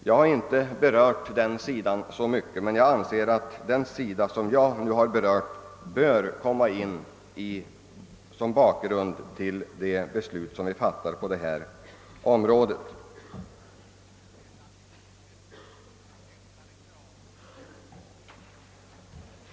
Jag har inte berört den sidan så mycket, men jag anser att den sida som jag nu har berört bör komma in som bakgrund till det beslut som vi nu fattar på detta område.